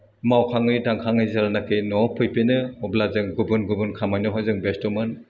मावखाङै दांखाङै जेलानाखि न'आव फैफिनो अब्ला जों गुबुन गुबुन खामानियावहाय जों बेस्थ'मोन